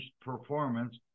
performance